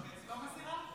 לא מסירה.